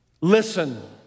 listen